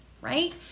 right